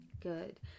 Good